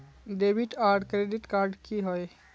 Debit आर credit card की होय?